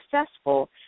successful